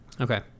okay